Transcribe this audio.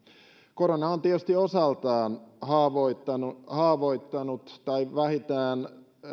korona on tietysti osaltaan haavoittanut haavoittanut tai vähintään